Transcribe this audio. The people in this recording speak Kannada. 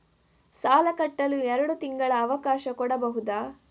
ಸಾಲ ಕಟ್ಟಲು ಎರಡು ತಿಂಗಳ ಅವಕಾಶ ಕೊಡಬಹುದಾ?